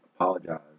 apologize